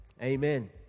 Amen